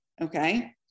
Okay